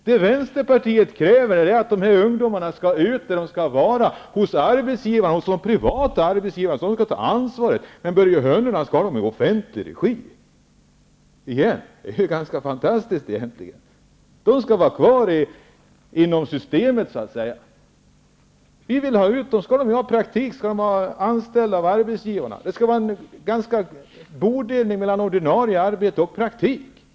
Vad vänsterpartiet kräver är att dessa ungdomar skall ut där de skall vara -- hos de privata arbetsgivarna, som skall ta ansvaret. Men Börje Hörnlund skall ha dem i offentlig regi igen. Det är egentligen ganska fantastiskt. De skall vara kvar inom systemet, så att säga. Vi vill ha ut dem. Då skall de ju ha praktik, och då skall de vara anställda av arbetsgivarna. Det skall vara en bodelning mellan ordinarie arbete och praktik.